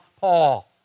Paul